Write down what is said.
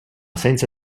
senza